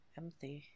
empty